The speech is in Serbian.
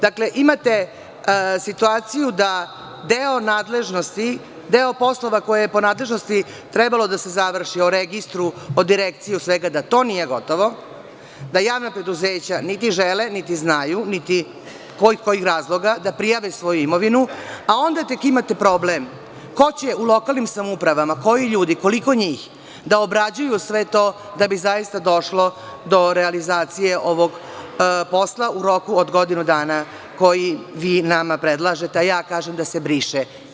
Dakle, imate situaciju da deo nadležnosti, deo poslova koje je po nadležnosti trebala da se završi o registru, o direkciji, da to nije gotovo, da javna preduzeća niti žele, niti znaju da prijave svoju imovinu, a onda tek imate problem ko će u lokalnim samoupravama, koji ljudi, koliko njih, da obrađuje sve to da bi došlo do realizacije ovog posla u roku od godinu dana, koji vi nama predlažete, a ja kažem da se briše.